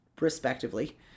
respectively